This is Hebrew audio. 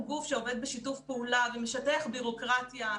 גוף שעובד בשיתוף פעולה ומשטח בירוקרטיה.